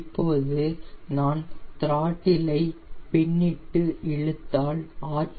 இப்போது நான் த்ரோட்டில் ஐ பின்னிட்டு இழுத்தால் ஆர்